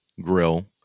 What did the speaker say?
grill